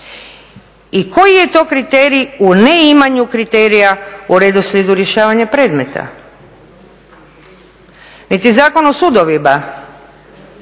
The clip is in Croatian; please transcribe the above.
i koji je to kriterij u neimanju kriterija u redoslijedu rješavanja predmeta. Niti Zakon o sudovima